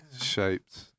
shaped